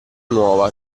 nuova